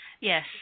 Yes